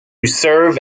serve